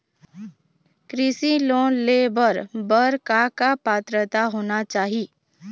कृषि लोन ले बर बर का का पात्रता होना चाही?